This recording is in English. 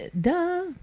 Duh